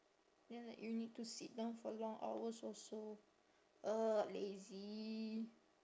then like you need to sit down for long hours also ugh lazy